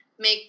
make